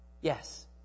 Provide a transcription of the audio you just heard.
Yes